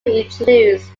introduced